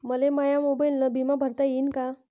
मले माया मोबाईलनं बिमा भरता येईन का?